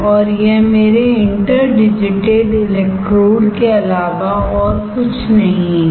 और यह मेरे इंटर डिजिटेड इलेक्ट्रोड के अलावा और कुछ नहीं है